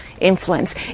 influence